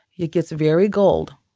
it gets very gold,